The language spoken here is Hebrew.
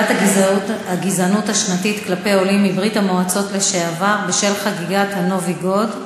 גזענות כלפי עולים מברית המועצות לשעבר בשל חגיגת הנובי-גוד,